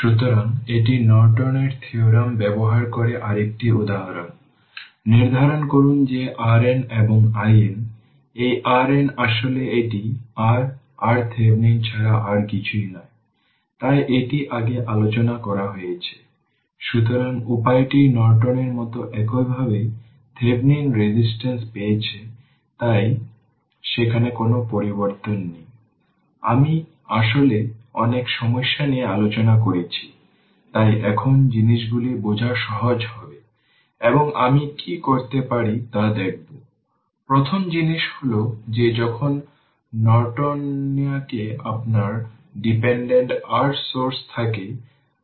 first order circuit অবিরত সুতরাং পূর্বে আমরা একটি সাধারণ উদাহরণ দেখেছি এবং এটি এমন একটি কোর্স যেখানে আমাদের বেশিরভাগ জিনিসগুলি ফান্ডামেন্টাল বিষয়গুলি সঠিকভাবে বুঝতে হবে এবং এক বা দুটি জিনিস আমি আপনার উপর ছেড়ে দিয়েছি যখন আমরা কিছু নিউমেরিকাল সমাধান করব তখন আপনি উত্তর দেওয়ার চেষ্টা করবেন